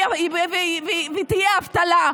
שתהיה אבטלה.